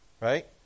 right